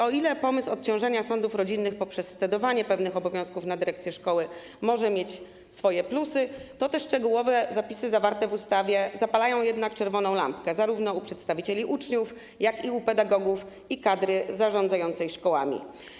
O ile pomysł odciążania sądów rodzinnych poprzez scedowanie pewnych obowiązków na dyrekcję szkoły może mieć swoje plusy, to te szczegółowe zapisy zawarte w ustawie zapalają jednak czerwoną lampkę zarówno u przedstawicieli uczniów, jak i u pedagogów i kadry zarządzającej szkołami.